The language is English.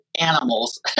animals